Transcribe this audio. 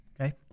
Okay